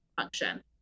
function